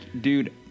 dude